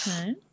Okay